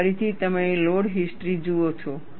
અહીં ફરીથી તમે લોડ હિસ્ટ્રી જુઓ છો